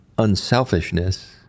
unselfishness